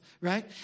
right